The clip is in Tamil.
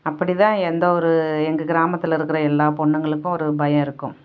அப்படி தான் எந்த ஒரு எங்கள் கிராமத்தில் இருக்கிற எல்லா பொண்ணுங்களுக்கும் ஒரு பயம் இருக்கும்